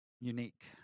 unique